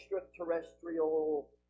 extraterrestrial